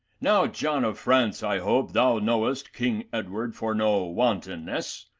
now, john of france, i hope, thou knowest king edward for no wantoness,